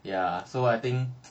ya so I think